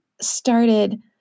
started